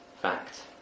fact